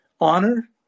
honor